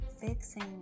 fixing